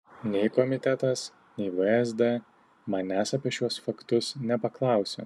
nei komitetas nei vsd manęs apie šiuos faktus nepaklausė